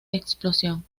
explosión